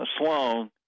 Sloan